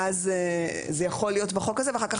ואז זה יכול להיות בחוק הזה ואחר כך